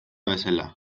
bezala